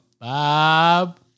Bob